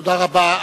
תודה רבה.